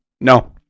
No